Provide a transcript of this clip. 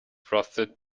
frosted